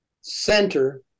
center